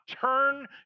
turn